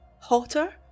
hotter